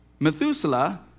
Methuselah